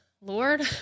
Lord